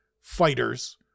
fighters